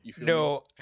No